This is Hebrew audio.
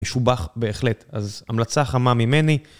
משובח בהחלט, אז המלצה חמה ממני.